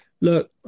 Look